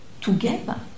together